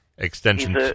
Extensions